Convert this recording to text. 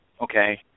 Okay